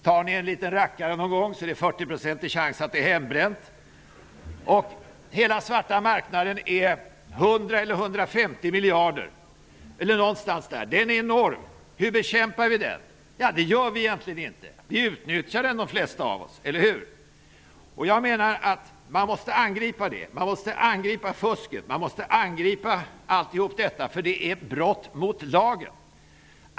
Tar ni er en liten rackare någon gång är det en 40-procentig chans att det är hembränt. Vare sig den svarta marknaden är 100 eller 150 miljarder är den enorm. Hur bekämpar vi den? Det gör vi egentligen inte. Det flesta av oss utnyttjar den -- eller hur? Jag menar att man måste angripa det. Man måste angripa fusket, för det är brott mot lagen.